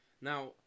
Now